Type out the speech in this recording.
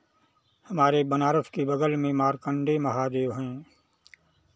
हमारे बनारस के बगल में मार्कण्डेय महादेव हैं